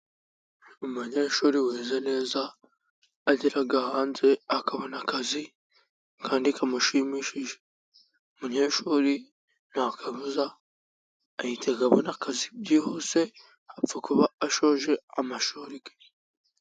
Umunyeshuri wize neza agera hanze akabona akazi kandi kamushimishije. Umunyeshuri ntakabuza ahita abona akazi byihuse apfa kuba ashoje amashuri ye.